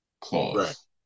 clause